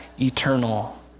eternal